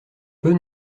peu